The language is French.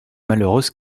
malheureuse